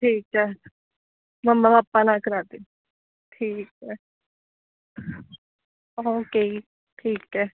ਠੀਕ ਹੈ mumma papa ਨਾਲ ਕਰਾ ਦੇ ਠੀਕ ਹੈ ਓਕੇ ਠੀਕ ਹੈ